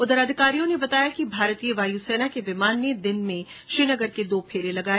उधर अधिकारियों ने बताया कि भारतीय वायु सेना के विमान ने दिन में श्रीनगर से दो फेरे लगाए